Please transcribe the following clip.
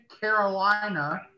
Carolina